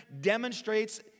demonstrates